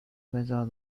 بذار